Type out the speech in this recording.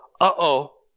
uh-oh